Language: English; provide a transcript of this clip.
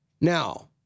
Now